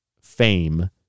fame